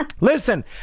listen